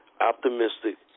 optimistic